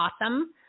awesome